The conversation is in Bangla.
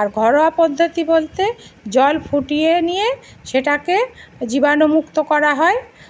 আর ঘরোয়া পদ্ধতি বলতে জল ফুটিয়ে নিয়ে সেটাকে জীবাণুমুক্ত করা হয়